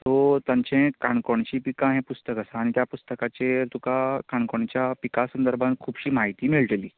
so तांचे काणकोणची पिकां हें पुस्तक आसा आनी त्या पुस्तकाचेर तुका काणकोणच्या पिकां संर्दभान खूबशीं म्हायती मेळटली